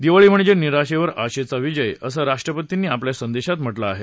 दिवाळी म्हणजे निराशेवर आशेचा विजय असं राष्ट्रपतींनी आपल्या संदेशात म्हटलं आहे